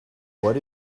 what